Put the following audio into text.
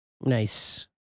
Nice